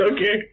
Okay